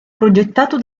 progettato